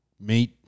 meat